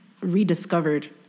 rediscovered